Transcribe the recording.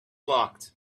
locked